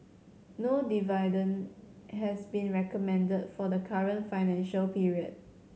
no dividend has been recommended for the current financial period